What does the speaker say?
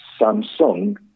Samsung